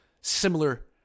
similar